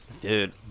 Dude